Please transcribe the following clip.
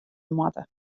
moatte